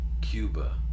Cuba